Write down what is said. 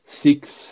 six